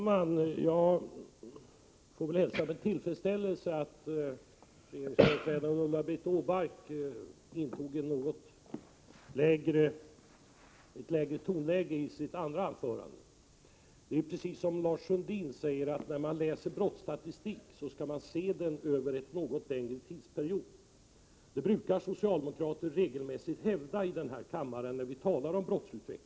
Fru talman! Jag får väl hälsa med tillfredsställelse att regeringsföreträdaren Ulla-Britt Åbark valde ett något lägre tonläge i sitt andra anförande. Det är nämligen precis så som Lars Sundin säger, nämligen att brottsstatistik skall ses över en något längre tidsperiod. Det brukar socialdemokrater regelmässigt hävda, då vi talar om brottsutvecklingen i den här kammaren.